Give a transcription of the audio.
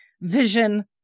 vision